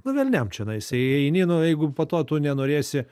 nu velniam čianais eini nu jeigu ir po to tu nenorėsi